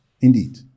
indeed